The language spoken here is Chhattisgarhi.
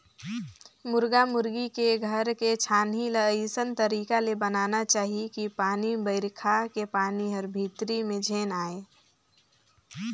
मुरगा मुरगी के घर के छानही ल अइसन तरीका ले बनाना चाही कि पानी बइरखा के पानी हर भीतरी में झेन आये